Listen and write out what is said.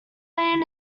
man